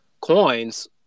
coins